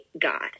God